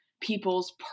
people's